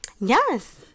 Yes